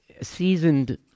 seasoned